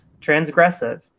transgressive